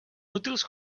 útils